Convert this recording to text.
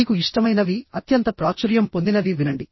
మీకు ఇష్టమైనవి అత్యంత ప్రాచుర్యం పొందినవి వినండి